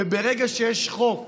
ברגע שיש חוק